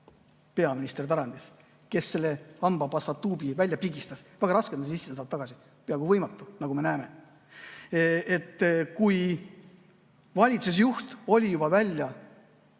Peaminister Tarand, kes selle hambapasta tuubist välja pigistas. Väga raske on seda sisse tagasi saada, peaaegu võimatu, nagu me näeme. Kui valitsusjuht oli juba välja